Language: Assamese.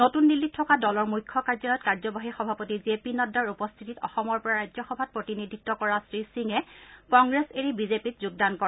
নতুন দিল্লীত থকা দলৰ মুখ্য কাৰ্যলয়ত কাৰ্যবাহী সভাপতি জে পি নড্ডাৰ উপস্থিতিত অসমৰ পৰা ৰাজ্যসভাত প্ৰতিনিধিত্ব কৰা শ্ৰীসিঙে কংগ্লেছ এৰি বিজেপিত যোগদান কৰে